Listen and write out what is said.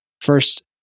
first